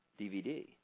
DVD